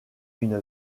une